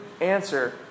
answer